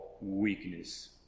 weakness